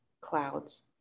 clouds